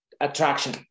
Attraction